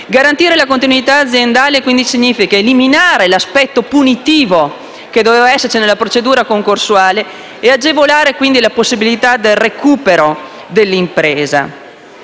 Garantire la continuità aziendale significa eliminare l'aspetto punitivo, che doveva esserci nella procedura concorsuale, e agevolare quindi la possibilità di recupero dell'impresa.